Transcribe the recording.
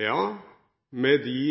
Ja, med de